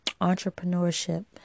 entrepreneurship